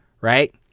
right